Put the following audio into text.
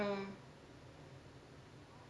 mm